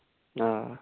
آ